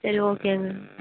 சரி ஓகேங்க